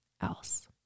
else